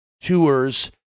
tours